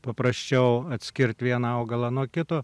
paprasčiau atskirt vieną augalą nuo kito